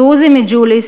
דרוזי מג'וליס,